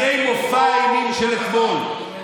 אחרי מופע האימים של החוק,